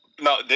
No